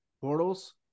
portals